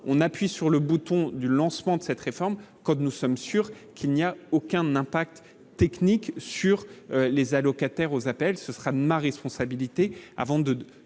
on appuie sur le bouton du lancement de cette réforme comme nous sommes sûrs qu'il n'y a aucun impact technique sur les allocataires aux appels, ce sera ma responsabilité avant de